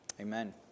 amen